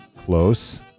Close